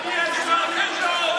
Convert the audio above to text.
אין לכם כוח ואין גם שכל.